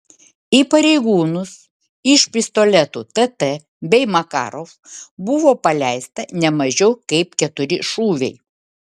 į pareigūnus iš pistoletų tt bei makarov buvo paleista ne mažiau kaip keturi šūviai